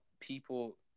people